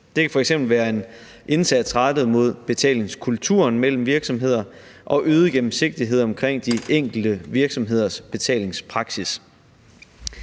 Det kan f.eks. være en indsats rettet mod betalingskulturen mellem virksomheder og øget gennemsigtighed omkring de enkelte virksomheders betalingspraksis.